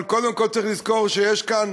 אבל קודם כול צריך לזכור שיש כאן